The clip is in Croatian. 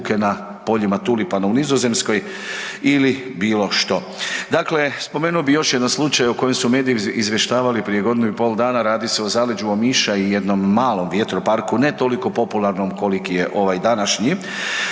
na poljima tulipana u Nizozemskoj ili bilo što. Dakle, spomenuo bih još jedan slučaj o kojem su mediji izvještavali prije godinu i pol dana, radi se o zaleđu Omiša i jednom malom vjetroparku ne toliko popularnom koliki je ovaj današnji,